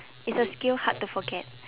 it's a skill hard to forget